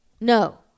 No